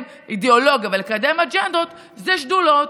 אידיאולוגיה ולקדם אג'נדות זה שדולות.